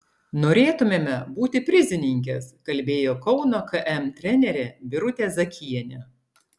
norėtumėme būti prizininkės kalbėjo kauno km trenerė birutė zakienė